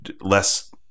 less